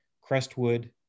crestwood